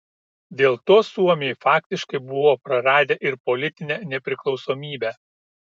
dėl to suomiai faktiškai buvo praradę ir politinę nepriklausomybę